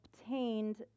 obtained